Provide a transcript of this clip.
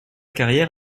carrière